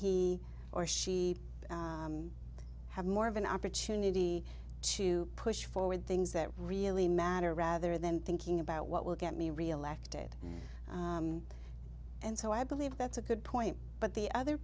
he or she have more of an opportunity to push forward things that really matter rather than thinking about what will get me reelected and so i believe that's a good point but the other